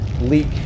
leak